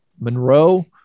Monroe